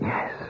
Yes